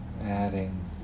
adding